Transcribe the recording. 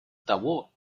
того